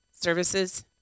services